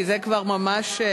כי זה כבר ממש,